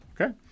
okay